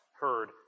heard